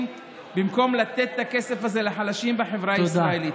במקום לתת את הכסף הזה לחלשים בחברה הישראלית.